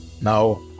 Now